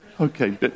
Okay